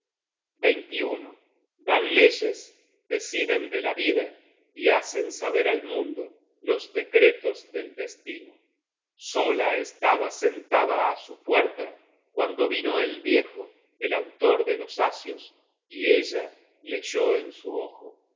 esculpieron dan leyes deciden de la vida y hacen saber al mundo los decretos del destino sola estaba sentada á su puerta cuando vino hé aquí una idea sencilla y exacta de la